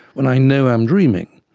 when i know i'm dreaming.